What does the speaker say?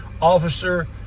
officer